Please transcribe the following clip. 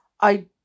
I